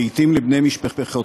לעתים לבני משפחותיהם,